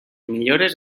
millores